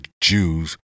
Jews